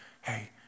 hey